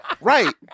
Right